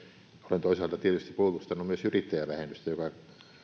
olen toisaalta tietysti puolustanut myös yrittäjävähennystä joka